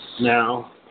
now